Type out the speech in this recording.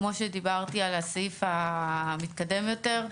כמו שדיברתי על הסעיף המתקדם יותר,